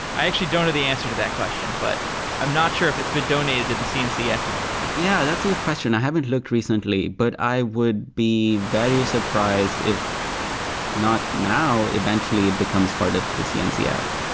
i actually don't know the answer to that question, but i'm not sure if it's been donated to the cncf yet yeah, that's a good question. i haven't looked recently, but i would be very surprised if not now, eventually it becomes part of the cncf.